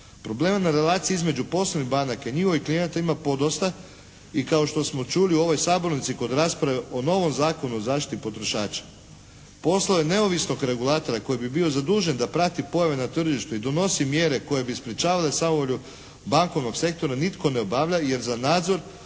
Problema na relaciji između poslovnih banaka i njihovih klijenata ima podosta i kao što smo čuli u ovoj sabornici kod rasprave o novom Zakonu o zaštiti potrošača, poslove neovisnog regulatora koji bi bio zadužen da prati pojave na tržištu i donosi mjere koje bi sprječavale samovolju bankovnog sektora, nitko ne obavlja jer za nadzor